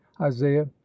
isaiah